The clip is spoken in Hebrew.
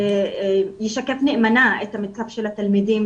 שיישקף נאמנה את המצב של התלמידים